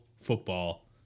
football